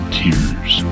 tears